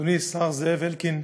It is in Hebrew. אדוני השר זאב אלקין,